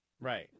Right